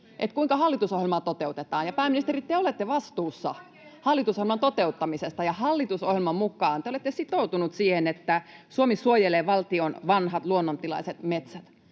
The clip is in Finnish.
kuinka hallitusohjelmaa toteutetaan. Pääministeri, te olette vastuussa hallitusohjelman toteuttamisesta, ja hallitusohjelman mukaan te olette sitoutuneet siihen, että Suomi suojelee valtion vanhat luonnontilaiset metsät.